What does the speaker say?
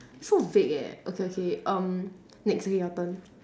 so vague eh okay okay um next okay your turn